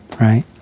Right